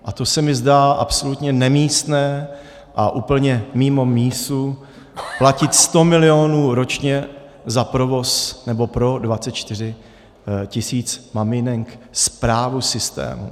A to se mi zdá absolutně nemístné a úplně mimo místu platit sto milionů ročně za provoz nebo pro 24 tisíc maminek správu systému.